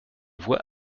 voix